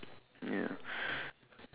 ya